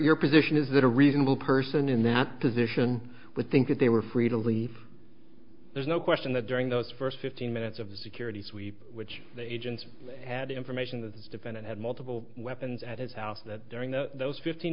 your position is that a reasonable person in that position with think that they were free to leave there's no question that during those first fifteen minutes of a security sweep which agents had information that this defendant had multiple weapons at his house that during those fifteen